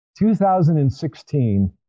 2016